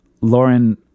Lauren